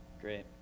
great